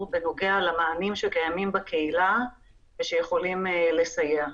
בנוגע למענים שקיימים בקהילה ושיכולים לסייע.